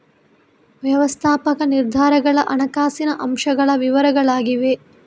ವ್ಯವಸ್ಥಾಪಕ ನಿರ್ಧಾರಗಳ ಹಣಕಾಸಿನ ಅಂಶಗಳ ವಿವರಗಳಾಗಿವೆ